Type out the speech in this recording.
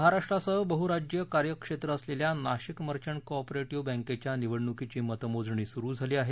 महाराष्ट्रासह बहुराज्यीय कार्यक्षेत्र असलेल्या नाशिक मर्चंट को ऑफ बँकेच्या निवडणुकीची मतमोजणी सुरू झाली आहे